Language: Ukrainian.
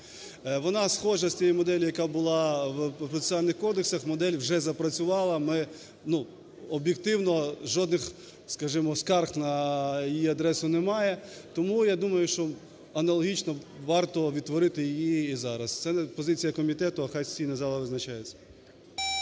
Вона схожа з тією моделлю, яка була в процесуальних кодексах, модель вже запрацювали, ми, ну, об'єктивно, жодних, скажімо, скарг на її адресу немає. Тому, я думаю, що аналогічно б варто відтворити її і зараз. Це позиція комітету, а хай сесійний зал визначається.